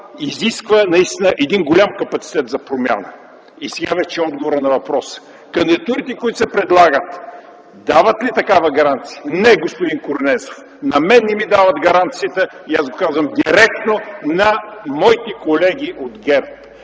изисква голям капацитет за промяна! И сега – отговор на въпроса. Кандидатурите, които се предлагат, дават ли такава гаранция? Не, господин Корнезов. На мен не ми дават гаранцията и аз го казвам директно на моите колеги от ГЕРБ.